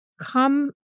come